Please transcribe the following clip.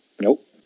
Nope